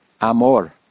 amor